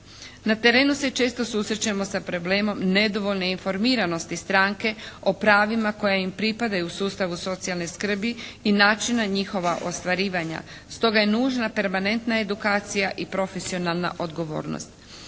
Na terenu se često susrećemo sa problemom nedovoljne informiranosti stranke o pravima koja im pripadaju u sustavu socijalne skrbi i načina njihova ostvarivanja. Stoga je nužna permanentna edukacija i profesionalna odgovornost.